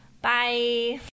Bye